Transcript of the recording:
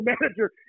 manager